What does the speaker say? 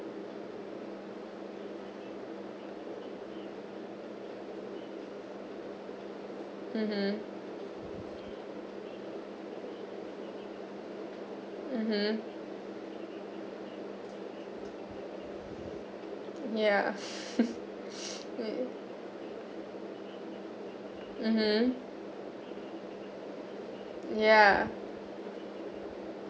mmhmm mmhmm yeah mmhmm yeah